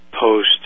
post